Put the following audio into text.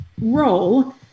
role